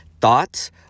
thoughts